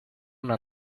una